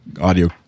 audio